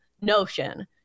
notion